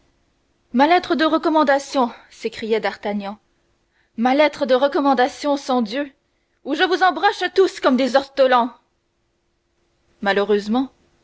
ma lettre de recommandation s'écria d'artagnan ma lettre de recommandation sangdieu ou je vous embroche tous comme des ortolans malheureusement